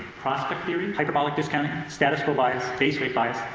prospect theory, hyperbolic discounting, status quo bias, base rate bias.